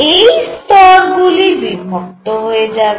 এই স্তর গুলি বিভক্ত হয়ে যাবে